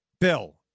Bill